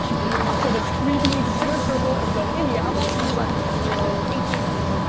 so the three of you need to sit in a circle and you go india, how long can you last? and india says eighteen months